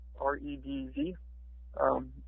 R-E-D-Z